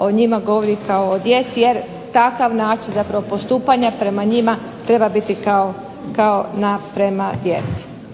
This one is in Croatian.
o njima govori kao o djeci jer takav način zapravo postupanja prema njima treba biti kao prema djeci.